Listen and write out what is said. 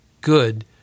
good